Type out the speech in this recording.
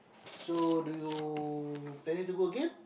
so do you planning to go again